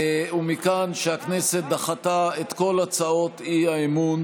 ומכאן שהכנסת דחתה את כל הצעות האי-אמון